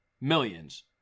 millions